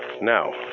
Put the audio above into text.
Now